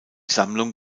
sammlung